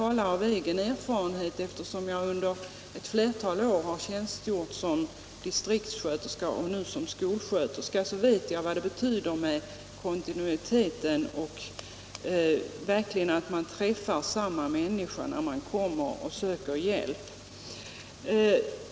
här tala av egen erfarenhet, eftersom jag under flera år har tjänstgjort som distriktssköterska; nu tjänstgör jag som skolsköterska. Jag vet vad sådan ingående personkännedom betyder och hur viktigt det är att den hjälpsökande verkligen träffar samma människa när han söker hjälp.